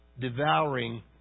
devouring